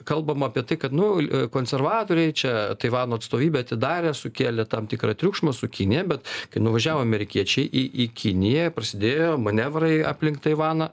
kalbama apie tai kad nu konservatoriai čia taivano atstovybė atidarė sukėlė tam tikrą triukšmą su kinija bet kai nuvažiavo amerikiečiai į į kiniją prasidėjo manevrai aplink taivaną